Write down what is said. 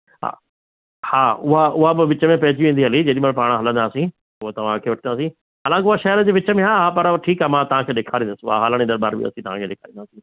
हा हा उहा उहा बि विच में पंहिंजी वेंदी हली जेॾीमहिल पाण हलंदासीं उअ तव्हांखे उता ई हालंकि उहा शहर जे विच में आहे पर ठीकु आहे मां तव्हांखे ॾेखारिंदुसि उहा हालाणी दरबार बि असी तव्हांखे ॾेखारींदासीं